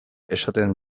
esaten